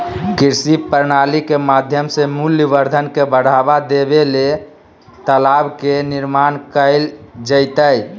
कृषि प्रणाली के माध्यम से मूल्यवर्धन के बढ़ावा देबे ले तालाब के निर्माण कैल जैतय